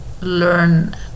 learn